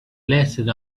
lasted